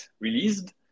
released